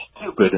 stupid